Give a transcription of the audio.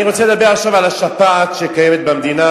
אני רוצה לדבר עכשיו על השפעת שקיימת במדינה,